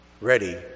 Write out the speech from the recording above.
ready